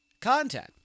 content